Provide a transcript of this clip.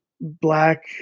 black